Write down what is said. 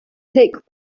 tick